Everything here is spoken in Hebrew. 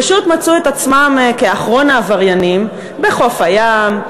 פשוט מצאו את עצמם כאחרון העבריינים בחוף הים,